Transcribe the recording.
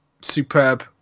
superb